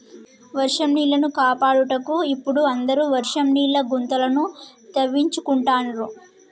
వర్షం నీళ్లను కాపాడుటకు ఇపుడు అందరు వర్షం నీళ్ల గుంతలను తవ్వించుకుంటాండ్రు